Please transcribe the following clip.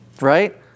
right